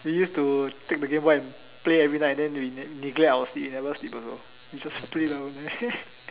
we use to take the game boy and play every night and then neglect our sleep never sleep also we just play the whole day